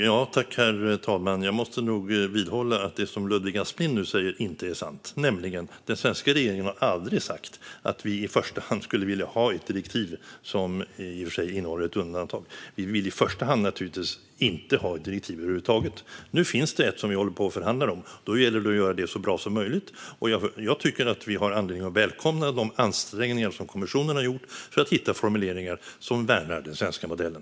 Herr talman! Jag måste nog vidhålla att det som Ludvig Aspling nu säger inte är sant. Den svenska regeringen har aldrig sagt att vi i första hand skulle vilja ha ett direktiv. Det innehåller i och för sig ett undantag, men vi vill naturligtvis i första hand inte ha ett direktiv över huvud taget. Nu finns det ett som vi håller på och förhandlar om, och då gäller det att göra det så bra som möjligt. Jag tycker att vi har anledning att välkomna de ansträngningar som kommissionen har gjort för att hitta formuleringar som värnar den svenska modellen.